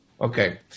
Okay